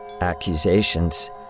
accusations